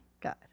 god